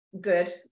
good